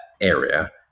area